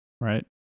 right